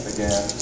Again